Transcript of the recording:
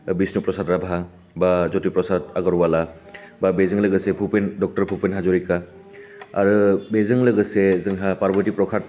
दा बिष्णु प्रसाद राभा बा ज्यति प्रसाद आगरवाला बा बेजों लोगोसे भुपेन ड भुपेन हाजरिका आरो बेजों लोगोसे जोंहा पारबति प्रसाद